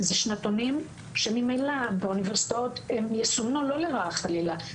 זה שנתונים שממילא באוניברסיטאות הם יסומנו לא לרעה חלילה,